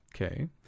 Okay